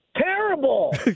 Terrible